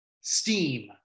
Steam